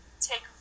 take